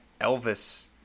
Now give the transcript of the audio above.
Elvis